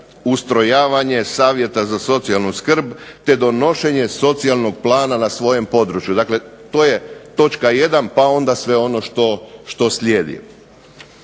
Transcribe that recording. ustrojavanje savjeta za socijalnu skrb te donošenje socijalnog plana na svojem području. Dakle, to je točka 1. pa onda sve ono što slijedi.